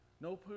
No